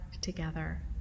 together